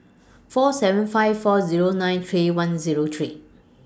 four seven five four Zero nine three one Zero three